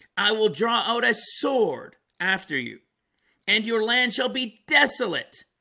i will draw out a sword after you and your land shall be desolate